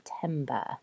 September